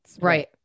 Right